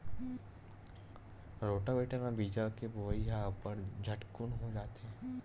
rotavator म बीजा के बोवई ह अब्बड़ झटकुन हो जाथे